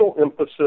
emphasis